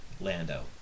Lando